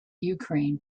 ukraine